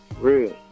Real